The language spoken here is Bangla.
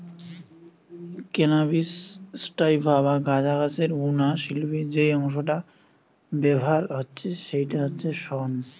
ক্যানাবিস স্যাটাইভা বা গাঁজা গাছের বুনা শিল্পে যেই অংশটা ব্যাভার হচ্ছে সেইটা হচ্ছে শন